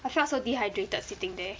I felt so dehydrated sitting there